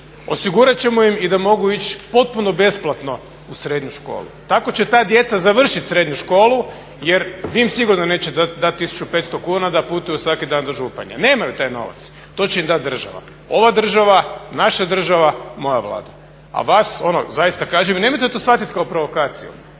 Osigurati ćemo im i da mogu ići potpuno besplatno u srednju školu. Tako će ta djeca završiti srednju školu jer vi im sigurno nećete dati 1500 kuna da putuju svaki dan do Županije. Nemaju taj novac, to će im dati država. Ova država, naša država, moja Vlada. A vas, ono zaista kažem nemojte to shvatiti kao provokaciju,